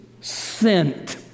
sent